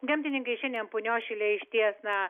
gamtininkai šiandien punios šile išties na